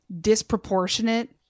disproportionate